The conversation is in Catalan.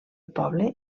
poble